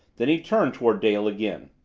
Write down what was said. then he turned toward dale again.